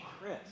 Chris